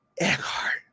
Eckhart